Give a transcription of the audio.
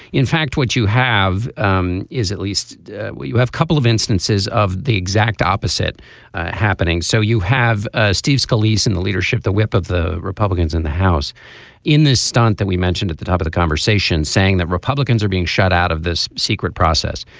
in fact what you have um is at least you have a couple of instances of the exact opposite happening so you have ah steve scalise in the leadership the whip of the republicans in the house in this stunt that we mentioned at the top of the conversation saying that republicans are being shut out of this secret process.